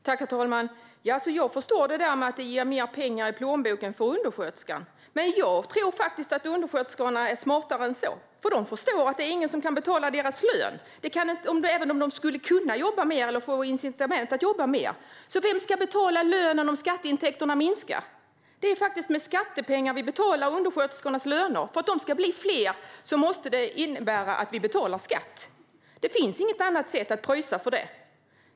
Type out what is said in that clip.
Herr talman! Jag förstår detta med att det ger mer pengar i plånboken för undersköterskan. Men jag tror att undersköterskorna är smartare än så. De förstår att ingen kan betala deras lön även om de skulle kunna jobba mer eller få incitament att jobba mer. Vem ska betala lönen om skatteintäkterna minskar? Det är med skattepengar vi betalar undersköterskornas löner. För att de ska bli fler måste det innebära att vi betalar skatt. Det finns inget annat sätt att pröjsa för det.